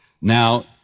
Now